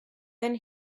then